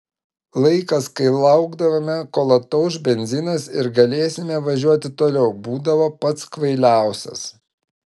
laikas kai laukdavome kol atauš benzinas ir galėsime važiuoti toliau būdavo pats kvailiausias